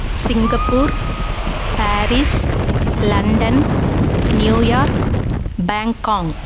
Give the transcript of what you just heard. Singapore Paris London New York Bangkok